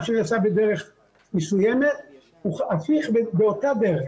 מה שנעשה בדרך מסוימת הוא הפיך באותה דרך.